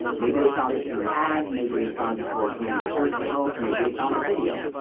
maybe they found it through an ad. maybe they found you through organic search results. maybe they found a video.